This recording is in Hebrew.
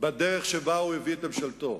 בדרך שבה הוא הביא את ממשלתו.